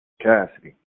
Cassidy